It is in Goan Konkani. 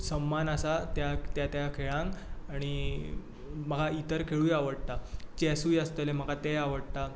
सम्मान आसा त्या त्या खेळांक आनी म्हाका इतर खेळूय आवडटात चेसूय आसतलें म्हाका तेंय आवडटा